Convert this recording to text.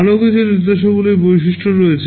আরও কিছু নির্দেশাবলীর বৈশিষ্ট্য রয়েছে